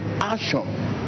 action